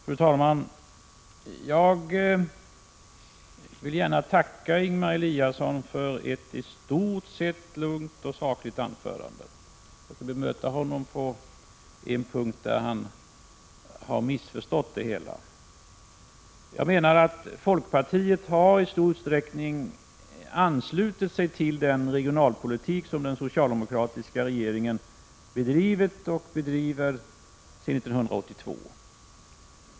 Fru talman! Jag vill gärna tacka Ingemar Eliasson för ett i stort sett lugnt och sakligt anförande och bemöta honom på en punkt där han har missförstått det hela. Jag menar att folkpartiet i stor utsträckning har anslutit sig till den regionalpolitik som den socialdemokratiska regeringen bedrivit och bedriver sedan 1982.